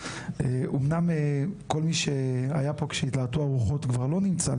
אומנם כל מי שהיה פה כשהתלהטו הרוחות כבר לא נמצא,